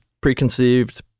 preconceived